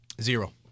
Zero